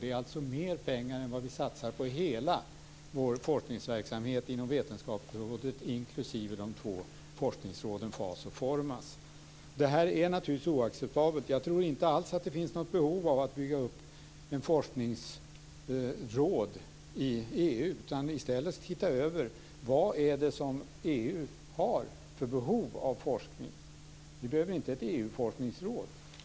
Det är alltså mer pengar än vad vi satsar på hela vår forskningsverksamhet inom vetenskapsrådet inklusive de två forskningsråden FAS och Formas. Det här är naturligtvis oacceptabelt. Jag tror inte alls att det finns något behov av att bygga upp ett forskningsråd i EU utan i stället titta över vad det är för forskning som EU har behov av. Det behöver inte vara ett EU-forskningsråd.